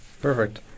perfect